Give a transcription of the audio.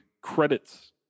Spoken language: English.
credits